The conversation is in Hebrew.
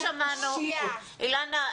אילנה,